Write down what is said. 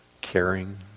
caring